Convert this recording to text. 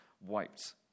wiped